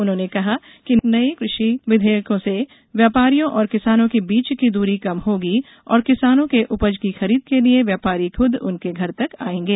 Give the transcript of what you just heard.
उन्होंने कहा कि नये कृषि विधेयकों से व्यापारियों और किसानों के बीच की दूरी कम होगी और किसानों के उपज की खरीद के लिए व्यापारी खूद उनके घर तक आएंगे